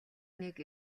нэг